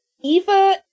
Eva